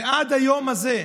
ועד היום הזה,